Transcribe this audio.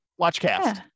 WatchCast